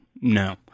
no